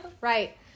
right